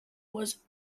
was